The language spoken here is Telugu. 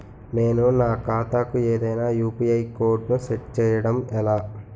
నేను నా ఖాతా కు ఏదైనా యు.పి.ఐ కోడ్ ను సెట్ చేయడం ఎలా?